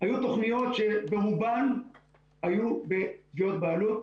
היו תוכניות שברובן היו בתביעות בעלות.